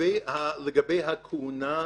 לגבי הכהונה,